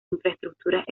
infraestructuras